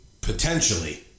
potentially